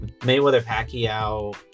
Mayweather-Pacquiao